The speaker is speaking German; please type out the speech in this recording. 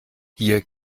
hier